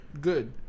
good